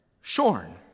shorn